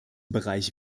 bereich